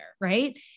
Right